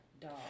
dog